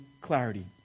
clarity